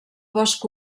bosc